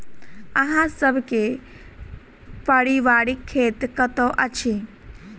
अहाँ सब के पारिवारिक खेत कतौ अछि?